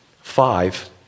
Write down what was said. Five